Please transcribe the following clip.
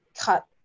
cut